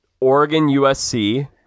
Oregon-USC